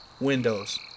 Windows